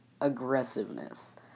aggressiveness